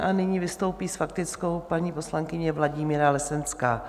A nyní vystoupí s faktickou paní poslankyně Vladimíra Lesenská.